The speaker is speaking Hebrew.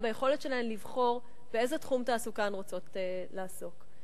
ביכולת שלהן לבחור באיזה תחום תעסוקה הן רוצות לעסוק.